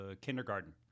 kindergarten